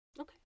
okay